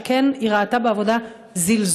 שכן היא ראתה בעבודה זלזול.